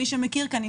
מי שמכיר כאן,